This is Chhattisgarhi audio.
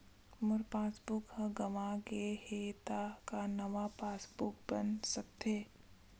मोर पासबुक ह गंवा गे हे त का नवा पास बुक बन सकथे?